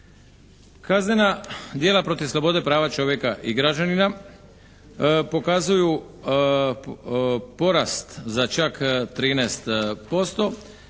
Kaznena djela protiv slobode prava čovjeka i građanina pokazuju porast za čak 13%.